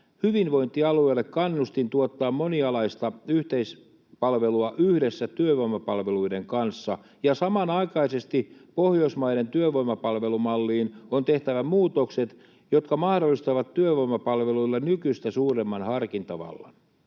hyvinvointialueille kannustin tuottaa monialaista yhteispalvelua yhdessä työvoimapalveluiden kanssa, ja samanaikaisesti pohjoismaiseen työvoimapalvelumalliin on tehtävä muutokset, jotka mahdollistavat työvoimapalveluille nykyistä suuremman harkintavallan,